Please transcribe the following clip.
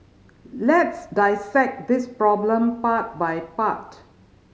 let's dissect this problem part by part